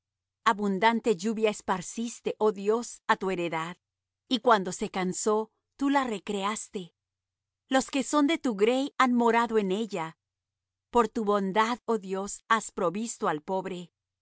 abundante lluvia esparciste oh dios á tu heredad y cuando se cansó tú la recreaste los que son de tu grey han morado en ella por tu bondad oh dios has provisto al pobre